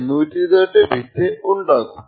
അതിനു C0 മുതൽ C127 വരെ 128 ബിറ്റ് ഉണ്ടാകും